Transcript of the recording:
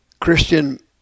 Christian